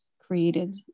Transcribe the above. created